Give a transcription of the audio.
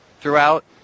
Throughout